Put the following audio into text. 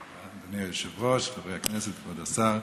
אדוני היושב-ראש, חברי הכנסת, אדוני השר,